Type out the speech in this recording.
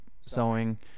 sewing